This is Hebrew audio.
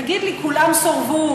תגיד לי: כולם סורבו,